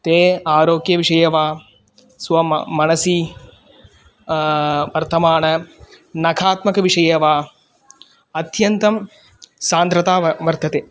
ते आरोग्यविषये वा स्व म मनसि वर्तमान नकात्मकविषये वा अत्यन्तं सान्द्रता वा वर्तते